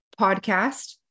podcast